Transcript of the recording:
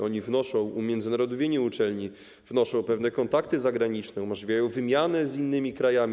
Oni wnoszą umiędzynarodowienie uczelni, wnoszą pewne kontakty zagraniczne, umożliwiają wymianę z innymi krajami.